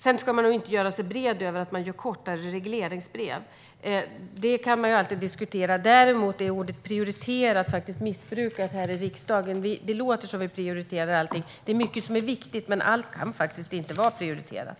Man ska nog inte göra sig bred över att man skriver kortare regleringsbrev. Det går alltid att diskutera. Däremot är ordet "prioritera" missbrukat här i riksdagen. Det låter som att vi prioriterar allting. Det är mycket som är viktigt, men allt kan inte vara prioriterat.